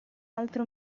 altro